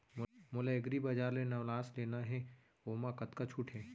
मोला एग्रीबजार ले नवनास लेना हे ओमा कतका छूट हे?